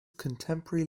contemporary